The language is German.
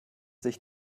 sich